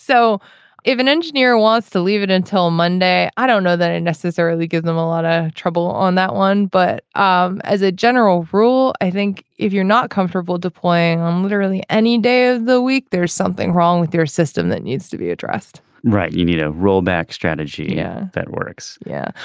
so if an engineer wants to leave it until monday. i don't know that it necessarily gives them a lotta trouble on that one but um as a general rule i think if you're not comfortable deploying on literally any day of the week there's something wrong with your system that needs to be addressed right. you need a rollback strategy yeah that works yeah.